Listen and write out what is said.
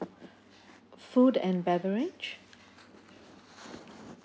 food and beverage